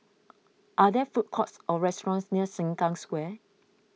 are there food courts or restaurants near Sengkang Square